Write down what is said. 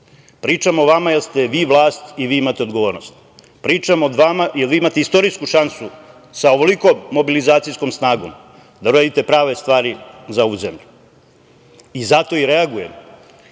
Pričam o vama jer ste vi vlast i vi imate odgovornost. Pričam o vama, jer vi imate istorijsku šansu sa ovoliko mobilizacijskom snagom, da uradite prave stvari za ovu zemlju. I zato i reagujem.U